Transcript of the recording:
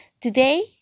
Today